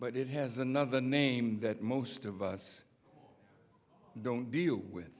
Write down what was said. but it has another name that most of us don't deal with